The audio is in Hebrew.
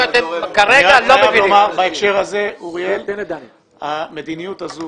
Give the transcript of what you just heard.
בהקשר הזה, המדיניות הזו